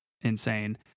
insane